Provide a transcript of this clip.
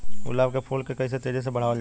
गुलाब क फूल के कइसे तेजी से बढ़ावल जा?